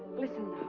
listen